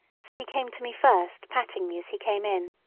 so he came to me first, patting me as he came in.